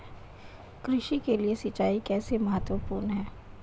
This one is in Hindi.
कृषि के लिए सिंचाई कैसे महत्वपूर्ण है?